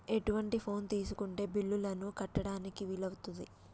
ఎటువంటి ఫోన్ తీసుకుంటే బిల్లులను కట్టడానికి వీలవుతది?